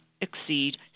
exceed